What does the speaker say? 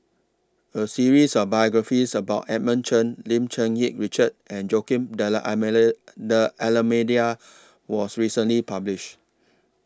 A series of biographies about Edmund Chen Lim Cherng Yih Richard and Joaquim D'almeida was recently published